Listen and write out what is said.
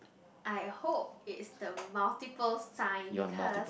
I hope it's the multiple sign because